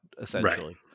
Essentially